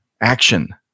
action